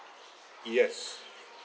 yes